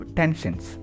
tensions